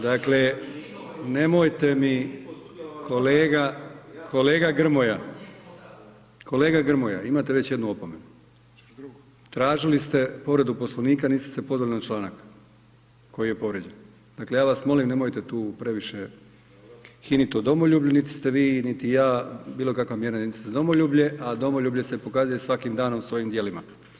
Dakle, nemojte mi kolega, kolega Grmoja, kolega Grmoja imate već jednu opomenu tražili ste povredu Poslovnika, niste se pozvali na članak koji je povrijeđen, dakle ja vas molim nemojte tu previše hinit o domoljublju, niti ste vi, niti ja bilo kakva mjerna jedinica za domoljublje, a domoljublje se pokazuje svakim danom svojim djelima.